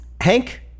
Hank